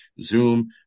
Zoom